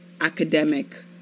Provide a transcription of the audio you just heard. academic